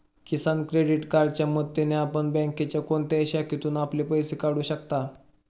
किसान credit कार्डच्या मदतीने आपण बँकेच्या कोणत्याही शाखेतून आपले पैसे काढू शकता